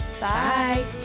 bye